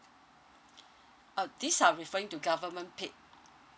uh these are referring to government paid